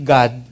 God